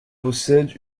possède